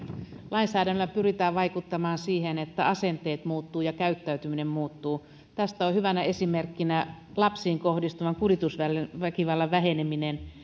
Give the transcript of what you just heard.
lainsäädännöllä pyritään vaikuttamaan siihen että asenteet muuttuvat ja käyttäytyminen muuttuu tästä on hyvänä esimerkkinä lapsiin kohdistuvan kuritusväkivallan väheneminen